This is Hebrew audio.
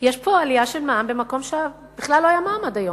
יש פה עלייה של מע"מ במקום שבכלל לא היה מע"מ עד היום,